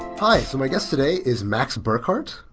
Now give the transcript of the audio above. hi. my guest today is max burkhardt.